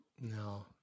No